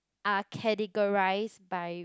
are categorise by